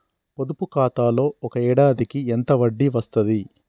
పొదుపు ఖాతాలో ఒక ఏడాదికి ఎంత వడ్డీ వస్తది?